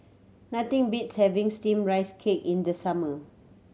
nothing beats having Steamed Rice Cake in the summer